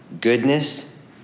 goodness